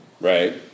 right